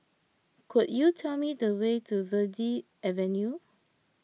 could you tell me the way to Verde Avenue